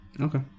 Okay